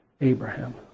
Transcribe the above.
Abraham